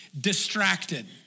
distracted